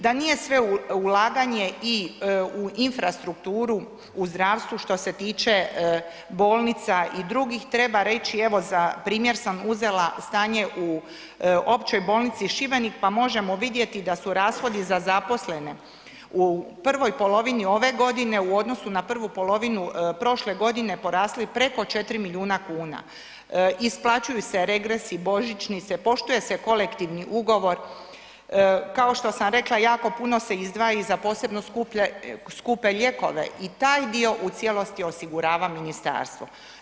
Da nije sve ulaganje i u infrastrukturu u zdravstvu što se tiče bolnica i drugih, treba reći evo za primjer sam uzela stanje u Općoj bolnici Šibenik, pa možemo vidjeti da su rashodi za zaposlene u prvoj polovini ove godine u odnosu na prvu polovinu prošle godine porasli preko 4 milijuna kuna, isplaćuju se regresi, božićnice, poštuje se kolektivni ugovor, kao što sam rekla jako puno se izdvaja i za posebno skupe lijekove i taj dio u cijelosti osigurava ministarstvo.